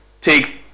take